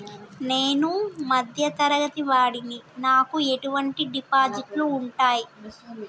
నేను మధ్య తరగతి వాడిని నాకు ఎటువంటి డిపాజిట్లు ఉంటయ్?